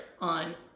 on